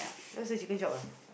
yours also chicken chop ah